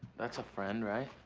that's a friend, right?